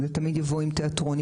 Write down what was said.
זה תמיד יבוא עם תיאטרון,